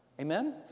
amen